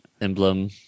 emblem